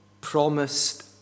promised